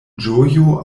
ĝojo